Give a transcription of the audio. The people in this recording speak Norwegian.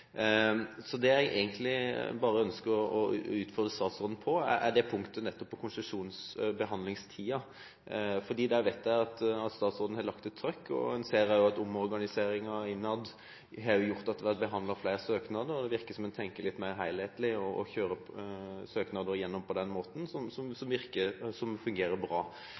nettopp punktet om konsesjonsbehandlingstiden. Det vet jeg at statsråden har lagt «trøkk» på. En ser også at omorganiseringen innad har ført til at det har blitt behandlet flere søknader. Det virker som om en tenker litt mer helhetlig, og kjører søknader igjennom på den måten, noe som